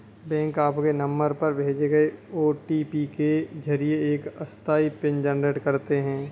bank आपके नंबर पर भेजे गए ओ.टी.पी के जरिए एक अस्थायी पिन जनरेट करते हैं